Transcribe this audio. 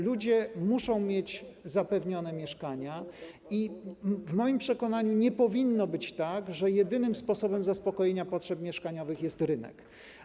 Ludzie muszą mieć zapewnione mieszkania i w moim przekonaniu nie powinno być tak, że jedynym sposobem zaspokojenia potrzeb mieszkaniowych jest rynek.